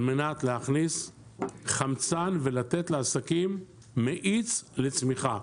על מנת להכניס חמצן ולתת לעסקים מאיץ לצמיחה.